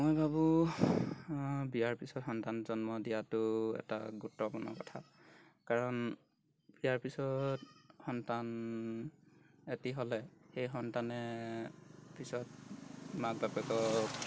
মই ভাবোঁ বিয়াৰ পিছত সন্তান জন্ম দিয়াটো এটা গুৰুত্বপূৰ্ণ কথা কাৰণ বিয়াৰ পিছত সন্তান এটি হ'লে সেই সন্তানে পিছত মাক বাপেকক